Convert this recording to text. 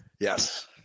Yes